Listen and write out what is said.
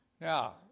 Now